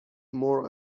مرغ